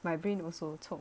my brain also 臭